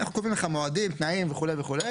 אנחנו קובעים לך מועדים, תנאים וכו' וכו'.